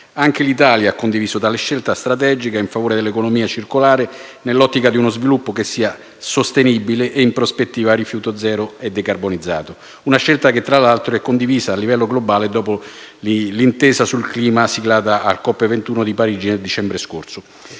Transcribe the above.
Anche l'Italia ha condiviso tale scelta strategica in favore dell'economia circolare, nell'ottica di uno sviluppo che sia sostenibile e, in prospettiva, a rifiuto zero e decarbonizzato. Si tratta di una scelta che, tra l'altro, è condivisa a livello globale dopo l'intesa sul clima siglata nel COP21 di Parigi nel dicembre scorso.